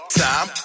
time